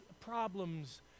problems